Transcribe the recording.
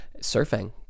surfing